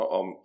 om